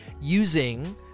using